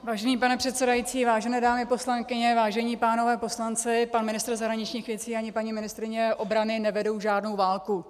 Vážený pane předsedající, vážené dámy poslankyně, vážení pánové poslanci, pan ministr zahraničních věcí ani paní ministryně obrany nevedou žádnou válku.